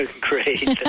Great